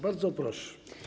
Bardzo proszę.